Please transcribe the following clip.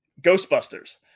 Ghostbusters